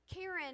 Karen